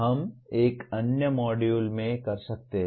हम एक अन्य मॉड्यूल में कर सकते हैं